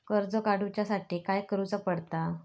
कर्ज काडूच्या साठी काय करुचा पडता?